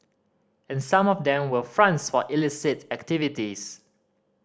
and some of them were fronts for illicit activities